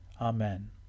Amen